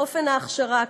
אופן ההכשרה,